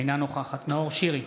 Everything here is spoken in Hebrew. אינה נוכחת נאור שירי,